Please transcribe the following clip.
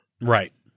Right